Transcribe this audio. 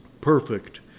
perfect